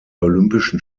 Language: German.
olympischen